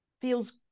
feels